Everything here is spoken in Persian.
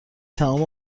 تمام